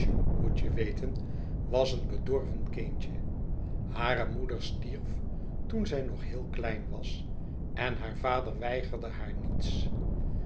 moet je weten was een bedorven kindje hare moeder stierf toen zij nog heel klein was en haar vader weigerde haar niets